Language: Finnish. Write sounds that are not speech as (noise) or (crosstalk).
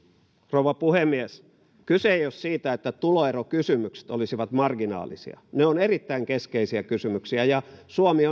rouva puhemies kyse ei ole siitä että tuloerokysymykset olisivat marginaalisia ne ovat erittäin keskeisiä kysymyksiä ja suomi (unintelligible)